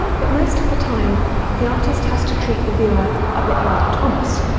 but most of the time the artist has to treat the viewer a bit like thomas.